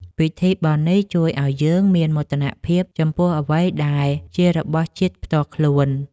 ពិធីបុណ្យនេះជួយឱ្យយើងមានមោទនភាពចំពោះអ្វីដែលជារបស់ជាតិផ្ទាល់ខ្លួន។